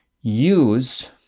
use